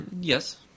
Yes